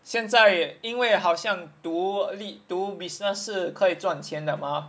现在因为好像读 li~ 读 business 是可以赚钱的 mah